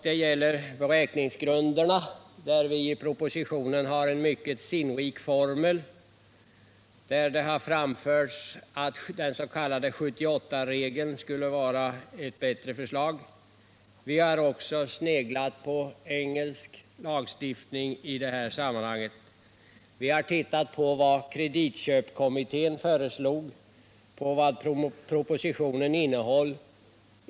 Det gäller beräkningsgrunderna. Propositionen innehåller på denna punkt en mycket sinnrik formel, men det har på olika sätt framförts till utskottet att den s.k. 78-regeln skulle vara ett bättre förslag. Utskottet har också sneglat på engelsk lagstiftning i detta sammanhang. Vi har tittat på vad kreditköpkommittén föreslog och på vad propositionen innehåller.